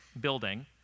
building